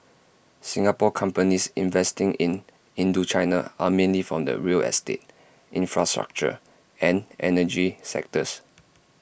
Singapore companies investing in Indochina are mainly from the real estate infrastructure and energy sectors